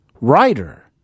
writer